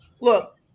look